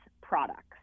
products